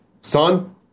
son